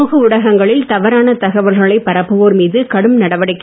சமூக ஊடகங்களில் தவறான தகவல்களை பரப்புவோர் மீது கடும் நடவடிக்கை